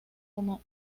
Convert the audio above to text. como